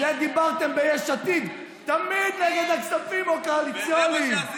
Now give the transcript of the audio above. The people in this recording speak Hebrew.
דיברתם ביש עתיד תמיד נגד הכספים הקואליציוניים.